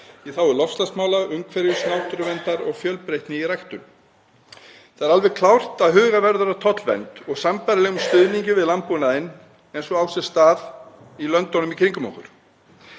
í þágu loftslagsmála, umhverfis, náttúruverndar og fjölbreytni í ræktun. Það er alveg klárt að huga verður að tollvernd og sambærilegum stuðningi við landbúnaðinn eins og á sér stað í löndunum í kringum okkur.